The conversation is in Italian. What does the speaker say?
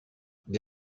gli